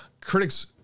critics